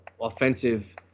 offensive